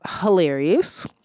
hilarious